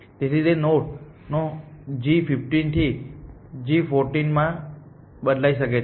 તેથી તે નોડ નો g ૧૫ થી ૧૪ માં બદલાઈ શકે છે